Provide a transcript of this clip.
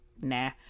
nah